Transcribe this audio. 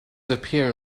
appear